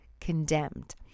condemned